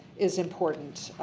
is important.